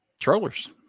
Trollers